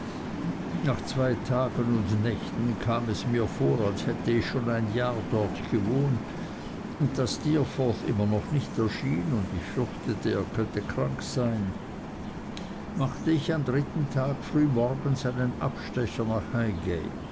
nach zwei tagen und nächten kam es mir vor als hätte ich schon ein jahr dort gewohnt und da steerforth immer noch nicht erschien und ich fürchtete er könnte krank sein machte ich am dritten tag frühmorgens einen abstecher nach